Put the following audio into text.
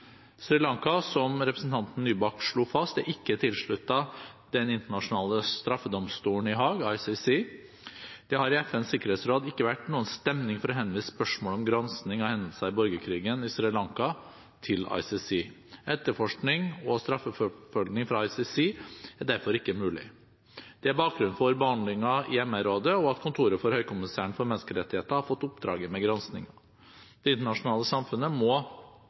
som representanten Nybakk slo fast, er ikke tilsluttet den internasjonale straffedomstolen i Haag, ICC. Det har i FNs sikkerhetsråd ikke vært noen stemning for å henvise spørsmålet om gransking av hendelser i borgerkrigen i Sri Lanka til ICC. Etterforskning og straffeforfølging fra ICC er derfor ikke mulig. Det er bakgrunnen for behandlingen i MR-rådet, og at kontoret for høykommissæren for menneskerettigheter har fått oppdraget med granskingen. Det internasjonale samfunnet må